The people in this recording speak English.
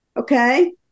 Okay